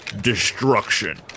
destruction